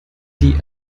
die